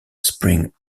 springs